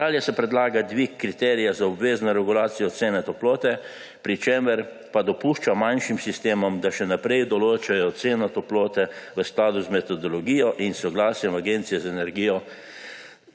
Nadalje se predlaga dvig kriterija za obvezno regulacijo cene toplote, pri čemer pa dopušča manjšim sistemom, da še naprej določajo ceno toplote v skladu z metodologijo in soglasjem Agencije za energijo